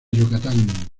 yucatán